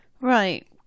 Right